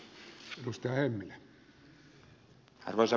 arvoisa puhemies